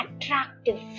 attractive